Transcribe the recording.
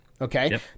Okay